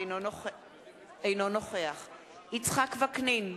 אינו נוכח יצחק וקנין,